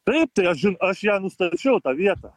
taip tai aš aš ją nustačiau tą vietą